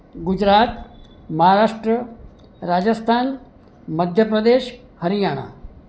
Gujarat Maharashtra Rajasthan Madhya Pradesh Haryana